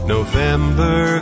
November